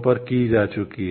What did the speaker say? पर की जा चुकी है